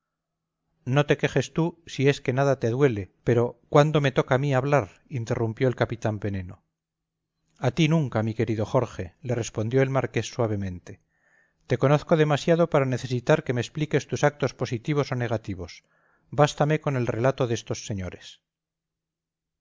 no te quejes tú si es que nada te duele pero cuándo me toca a mí hablar interrumpió el capitán veneno a ti nunca mi querido jorge le respondió el marqués suavemente te conozco demasiado para necesitar que me expliques tus actos positivos o negativos bástame con el relato de estos señores